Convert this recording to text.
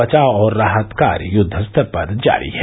बचाव और राहत कार्य युद्धस्तर पर जारी हैं